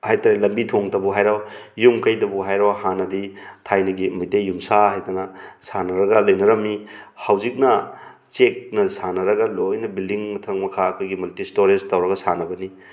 ꯍꯥꯏꯕꯇꯥꯔꯦ ꯂꯝꯕꯤ ꯊꯣꯡꯇꯕꯨ ꯑꯣꯏꯔꯣ ꯌꯨꯝ ꯀꯩꯗꯕꯨ ꯍꯥꯏꯔꯣ ꯍꯥꯟꯅꯗꯤ ꯊꯥꯏꯅꯒꯤ ꯃꯩꯇꯩ ꯌꯨꯝꯁꯥ ꯍꯥꯏꯗꯅ ꯁꯥꯅꯔꯒ ꯂꯩꯅꯔꯝꯃꯤ ꯍꯧꯖꯤꯛꯅ ꯆꯦꯛꯅ ꯁꯥꯅꯔꯒ ꯂꯣꯏꯅ ꯕꯤꯜꯗꯤꯡ ꯃꯊꯛ ꯃꯈꯥ ꯑꯩꯈꯣꯏꯒꯤ ꯃꯜꯇꯤ ꯁ꯭ꯇꯣꯔꯦꯁ ꯇꯧꯔꯒ ꯁꯥꯅꯕꯅꯤ